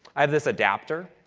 i have this adapter,